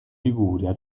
liguria